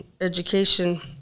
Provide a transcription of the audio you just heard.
education